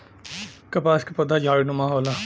कपास क पउधा झाड़ीनुमा होला